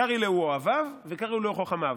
קרי להו אוהביו וקרי להו חכמיו".